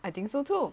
I think so too